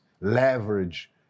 leverage